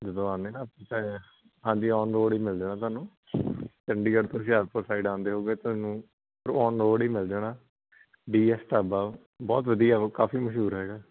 ਜਦੋਂ ਆਉਂਦੇ ਨਾ ਆਪ ਤਾਂ ਹਾਂਜੀ ਔਨ ਰੋਡ ਹੀ ਮਿਲ ਜਾਣਾ ਤੁਹਾਨੂੰ ਚੰਡੀਗੜ੍ਹ ਤੋਂ ਹੁਸ਼ਿਆਰਪੁਰ ਸਾਈਡ ਆਉਂਦੇ ਹੋਵੋਗੇ ਤੁਹਾਨੂੰ ਰ ਆਨ ਰੋਡ ਹੀ ਮਿਲ ਜਾਣਾ ਡੀ ਐਸ ਢਾਬਾ ਬਹੁਤ ਵਧੀਆ ਉਹ ਕਾਫੀ ਮਸ਼ਹੂਰ ਹੈਗਾ